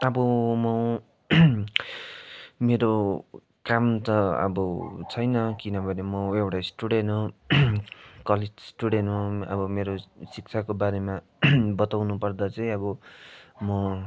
अब म मेरो काम त अब छैन किनभने म एउटा स्टुडेन्ट हो कलेज स्टुडेन्ट हो अब मेरो शिक्षाको बारेमा बताउनु पर्दा चाहिँ अब म